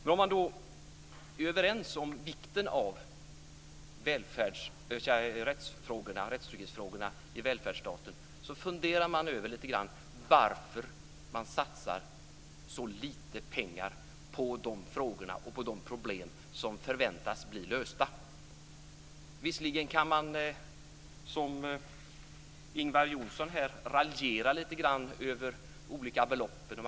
Men om vi är överens om vikten av rättstrygghetsfrågorna i välfärdsstaten funderar jag lite grann över varför man satsar så lite pengar på problem som kan förväntas bli lösta. Visserligen kan man, som Ingvar Johnsson, raljera lite grann över olika belopp.